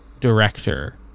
director